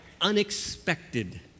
unexpected